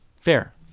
Fair